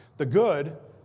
the good